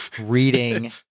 reading